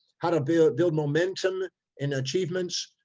how to build build momentum in achievements.